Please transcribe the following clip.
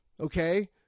okay